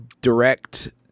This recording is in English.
direct